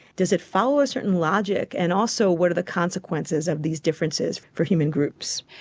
does it follow a certain logic, and also what are the consequences of these differences for human groups?